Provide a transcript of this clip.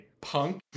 punk